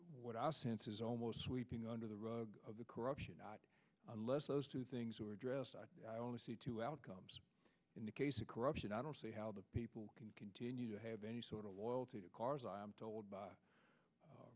what i sense is almost sweeping under the rug of the corruption unless those two things are addressed i only see two outcomes in the case of corruption i don't see how the people can continue to have any sort of loyalty to cars i'm told by